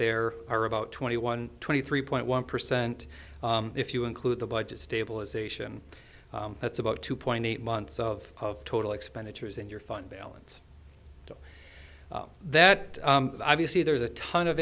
there are about twenty one twenty three point one percent if you include the budget stabilization that's about two point eight months of total expenditures and your fund balance that obviously there's a ton of